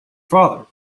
father